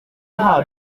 aha